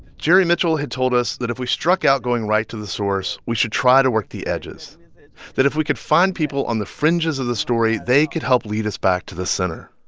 jerry mitchell had told us that if we struck out going right to the source, we should try to work the edges that if we could find people on the fringes of the story, they could help lead us back to the center.